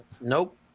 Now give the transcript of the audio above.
Nope